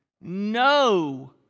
No